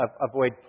avoid